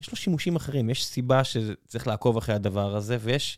יש לו שימושים אחרים, יש סיבה שצריך לעקוב אחרי הדבר הזה, ויש.